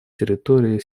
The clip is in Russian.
территории